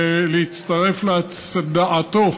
ולהצטרף להצדעתו,